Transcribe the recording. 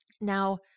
Now